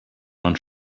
man